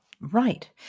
Right